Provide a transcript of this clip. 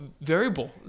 variable